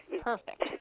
perfect